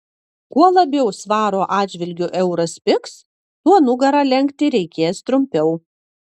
kuo labiau svaro atžvilgiu euras pigs tuo nugarą lenkti reikės trumpiau